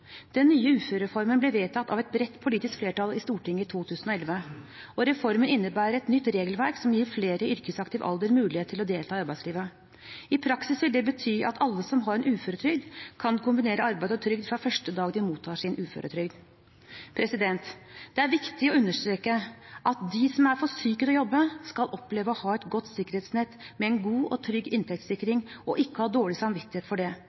Den nye uførereformen ble vedtatt av et bredt politisk flertall i Stortinget i 2011, og reformen innebærer et nytt regelverk som gir flere i yrkesaktiv alder mulighet til å delta i arbeidslivet. I praksis vil det bety at alle som har en uføretrygd, kan kombinere arbeid og trygd fra første dag de mottar sin uføretrygd. Det er viktig å understreke at de som er for syke til å jobbe, skal oppleve å ha et godt sikkerhetsnett med en god og trygg inntektssikring og ikke ha dårlig samvittighet for det.